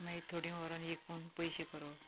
मागीर थोडीं व्हरून एक दोन पयशे करप